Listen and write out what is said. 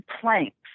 planks